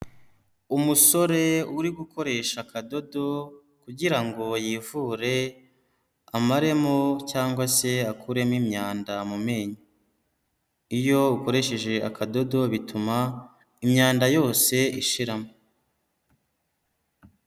Umusore uri gukoresha akadodo kugira ngo yivure amaremo cyangwa se akuremo imyanda mu menyo. Iyo ukoresheje akadodo bituma imyanda yose ishiramo.